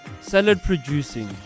salad-producing